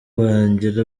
bagira